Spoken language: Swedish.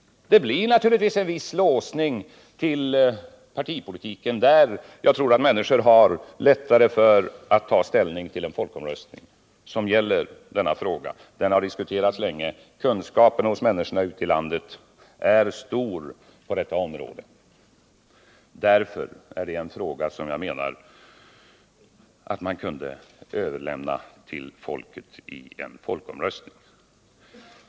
Det blir naturligtvis en viss låsning till partipolitik, varför jag tror att människor har lättare för att ta ställning i en folkomröstning som gäller denna fråga än i ett val. Den har diskuterats länge, och kunskapen hos människorna ute i landet är stor på detta område. Därför är det en fråga som jag menar att man kan överlämna till folket att ta ställning till i en folkomröstning.